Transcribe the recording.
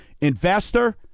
investor